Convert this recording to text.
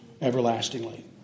everlastingly